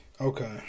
Okay